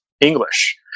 English